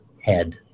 head